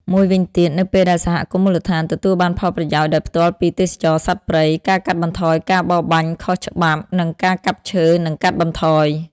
មួយវិញទៀត នៅពេលដែលសហគមន៍មូលដ្ឋានទទួលបានផលប្រយោជន៍ដោយផ្ទាល់ពីទេសចរណ៍សត្វព្រៃ ការកាត់បន្ថយការបរបាញ់ខុសច្បាប់ និងការកាប់ឈើនឹងកាត់បន្ថយ។